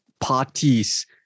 parties